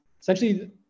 essentially